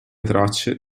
tracce